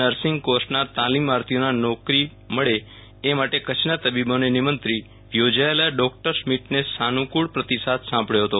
nursing કોર્ષના તાલીમાર્થીઓના નોકરી મળી એ માટે કચ્છના તબીબોને નિમંત્રી યોજાયેલા ડોકટર્સ મીટને સાનૂક્રળ પ્રતિસાદ સાંપડયો હતો